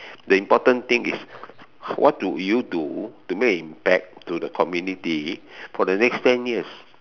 the important thing is what do you do to make an impact on the community for the next ten years